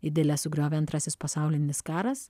idilę sugriovė antrasis pasaulinis karas